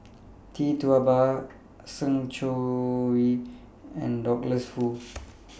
Tee Tua Ba Sng Choon Yee and Douglas Foo